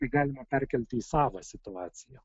tai galima perkelti į savą situaciją